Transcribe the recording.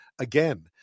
again